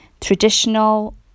traditional